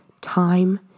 time